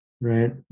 right